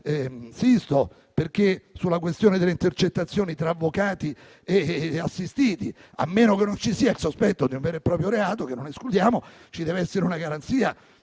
ministro Sisto. Sulla questione delle intercettazioni tra avvocati e assistiti, a meno che non ci sia il sospetto di un vero e proprio reato che non escludiamo, ci deve essere una garanzia